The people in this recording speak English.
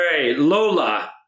Lola